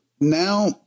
now